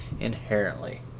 inherently